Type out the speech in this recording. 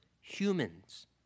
humans